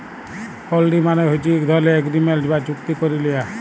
হুল্ডি মালে হছে ইক ধরলের এগ্রিমেল্ট বা চুক্তি ক্যারে লিয়া